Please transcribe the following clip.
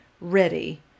ready